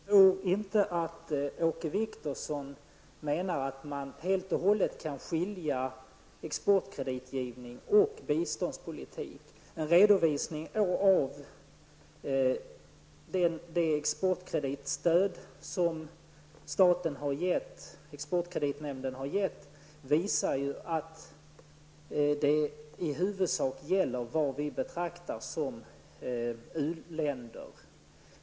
Herr talman! Jag tror inte att Åke Wictorsson menar att man helt och hållet skall skilja på exportkreditgivning och biståndspolitik. En redovisning av de exportkreditstöd som exportkreditnämnden har gett visar att det i huvudsak gäller vad vi betraktar som u-länder.